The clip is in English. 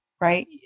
right